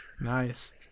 nice